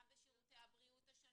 גם בשירותי הבריאות השונים.